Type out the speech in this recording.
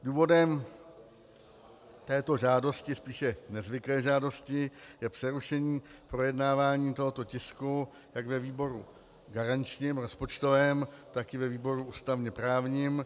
Důvodem této žádosti, spíše nezvyklé žádosti, je přerušení projednávání tohoto tisku jak ve výboru garančním rozpočtovém, tak i ve výboru ústavněprávním.